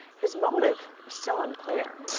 his motive still unclear.